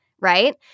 Right